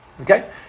Okay